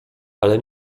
ale